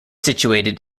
situated